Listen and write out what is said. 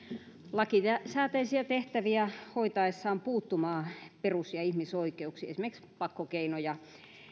lakisääteisiä tehtäviä hoitaessaan puuttumaan perus ja ihmisoikeuksiin esimerkiksi pakkokeinoja